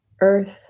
earth